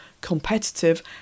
Competitive